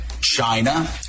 China